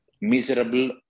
miserable